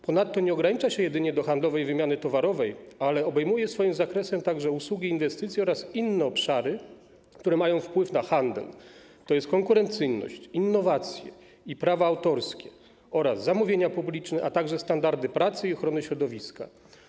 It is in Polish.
Ponadto nie ogranicza się jedynie do handlowej wymiany towarowej, ale obejmuje swoim zakresem także usługi i inwestycje oraz inne obszary, które mają wpływ na handel, tj. konkurencyjność, innowacje i prawa autorskie oraz zamówienia publiczne, a także standardy pracy i ochrony środowiska.